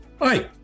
Hi